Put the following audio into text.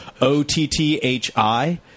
O-T-T-H-I